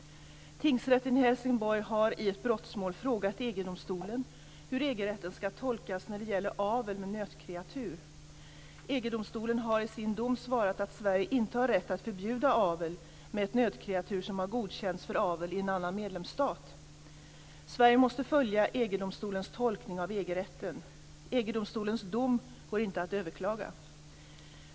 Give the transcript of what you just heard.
EG-domstolen hur EG-rätten skall tolkas när det gäller avel med nötkreatur. EG-domstolen har i sin dom svarat att Sverige inte har rätt att förbjuda avel med ett nötkreatur som har godkänts för avel i en annan medlemsstat. Sverige måste följa EG domstolens tolkning av EG-rätten. EG-domstolens dom går inte att överklaga.